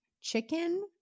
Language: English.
chicken